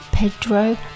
Pedro